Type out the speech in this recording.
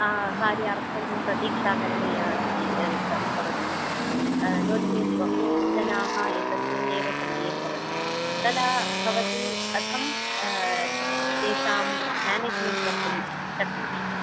कार्यार्थं प्रतीक्षा करणीया अस्ति भवति नो चेत् बहुजनाः एकस्मिन् एव समये भवन्ति तदा भवती कथं तेषां मेनेज्मेन्ट् कर्तुं शक्नोषि